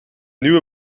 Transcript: nieuwe